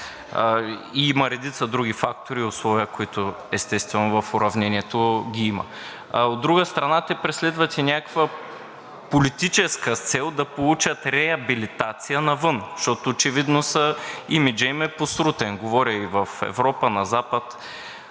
и има редица други фактори и условия, които, естествено, в уравнението ги има. От друга страна, те преследват и някаква политическа цел – да получат реабилитация навън, защото очевидно имиджът им е посрутен – говоря и в Европа, на запад,